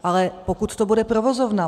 Ale pokud to bude provozovna.